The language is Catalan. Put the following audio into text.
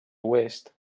oest